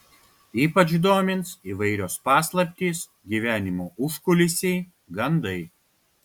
ypač domins įvairios paslaptys gyvenimo užkulisiai gandai